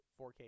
4k